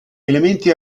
elementi